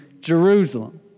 Jerusalem